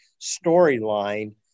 storyline